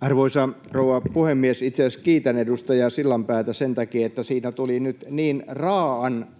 Arvoisa rouva puhemies! Itse asiassa kiitän edustaja Sillanpäätä sen takia, että tuossa